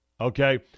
okay